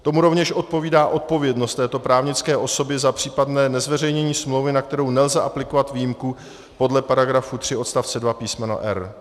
Tomu rovněž odpovídá odpovědnost této právnické osoby za případné nezveřejnění smlouvy, na kterou nelze aplikovat výjimku podle § 3 odst. 2 písm. r).